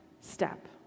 step